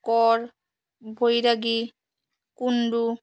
কর বৈরাগী কুন্ডু